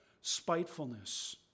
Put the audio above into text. spitefulness